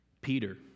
Peter